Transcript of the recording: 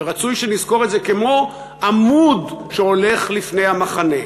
ורצוי שנזכור את זה כמו עמוד שהולך לפני המחנה,